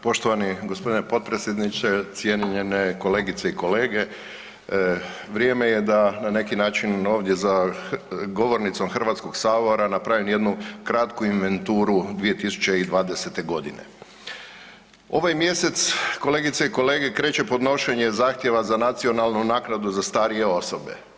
Poštovani g. potpredsjedniče, cijenjene kolegice i kolege, vrijeme je da na neki način ovdje za govornicom Hrvatskoga sabora napravim jednu kratku inventuru 2020. g. Ovaj mjesec, kolegice i kolege, kreće podnošenje zahtjeva za nacionalnu naknadu za starije osobe.